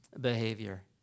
behavior